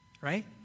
Right